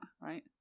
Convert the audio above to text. right